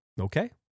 Okay